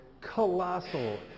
colossal